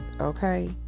okay